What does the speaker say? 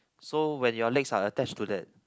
so when your legs are attach to that